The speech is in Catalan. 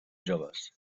joves